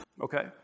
Okay